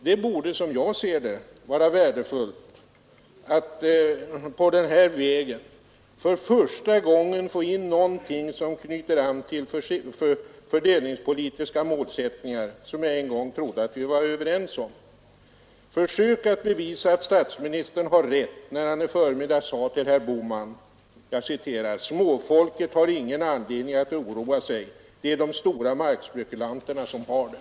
Det borde, som jag ser det, vara värdefullt att på den här vägen för första gången få in någonting som knyter an till fördelningspolitiska målsättningar, som jag en gång trodde att vi var överens om. Försök bevisa att statsministern hade rätt när han i förmiddags sade till herr Bohman: ”Men småfolket har inte någon anledning att oroa sig till följd av den nya lagstiftningen — det är de stora markspekulanterna som har det.”